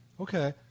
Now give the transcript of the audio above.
Okay